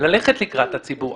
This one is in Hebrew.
ללכת לקראת הציבור.